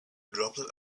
droplet